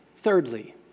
Thirdly